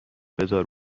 بزار